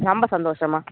ரொம்ப சந்தோஷம் அம்மா